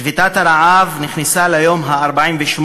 שביתת הרעב נכנסה ליום ה-48,